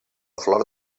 flor